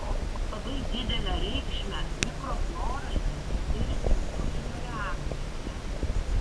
labai didelę reikšmę mikroflorai turi dirvožemio reakcija